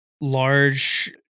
large